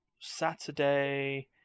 Saturday